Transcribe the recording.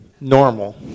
normal